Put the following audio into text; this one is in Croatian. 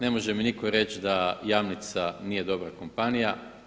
Ne može mi nitko reći da Jamnica nije dobra kompanija.